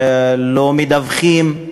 לא מדווחים,